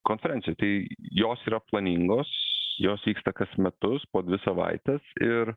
konferencijoj tai jos yra planingos jos vyksta kas metus po dvi savaites ir